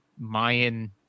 Mayan